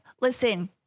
listen